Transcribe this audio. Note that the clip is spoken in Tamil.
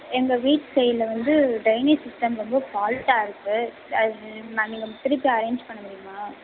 எங்கள் வீட்டு சைடில் வந்து ட்ரைனேஜ் சிஸ்டம் வந்து ஃபால்ட்டாக இருக்குது அது நான் நீங்கள் திருப்பி அரேஞ்ச் பண்ண முடியுமா